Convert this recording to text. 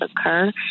occur